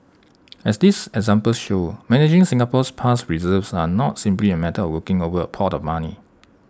as these examples show managing Singapore's past reserves are not simply A matter of looking over A pot of money